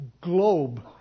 globe